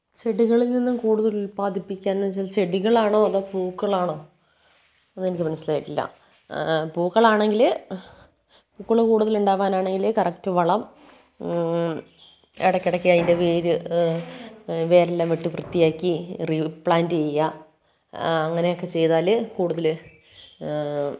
ചെടികളിൽ നിന്നും കൂടുതൽ ഉല്പാദിപ്പിക്കാൻ എന്നു വച്ചാൽ ചെടികളാണോ അതോ പൂക്കളാണോ അത് എനിക്ക് മനസ്സിലായിട്ടില്ല പൂക്കളാണെങ്കിൽ പൂക്കൾ കൂടുതൽ ഉണ്ടാവാൻ ആണെങ്കിൽ കറക്ട് വളം ഇടക്കിടയ്ക്ക് അതിന്റെ വേര് വേരെല്ലം വെട്ടി വൃത്തിയാക്കി റിപ്ലാന്റ് ചെയ്യാം അങ്ങനെ ഒക്കെ ചെയ്താൽ കൂടുതൽ